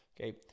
Okay